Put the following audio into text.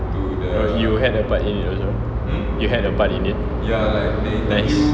you had a part in it also you had a part in it nice